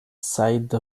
side